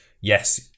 yes